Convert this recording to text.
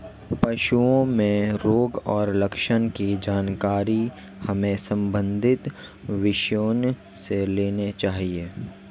पशुओं में रोग और लक्षण की जानकारी हमें संबंधित विशेषज्ञों से लेनी चाहिए